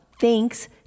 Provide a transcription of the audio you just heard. thanks